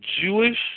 Jewish